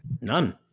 none